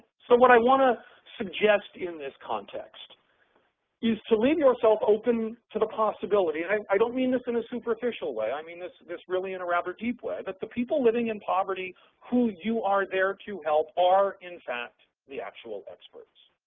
so what i want to suggest in this context is to leave yourself open to the possibility, and i don't mean this in a superficial way, i mean this this really in a rather deep way, that the people living in poverty who you are there to help are, in fact, the actual experts.